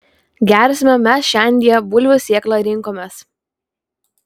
gersime mes šiandie bulvių sėklą rinkomės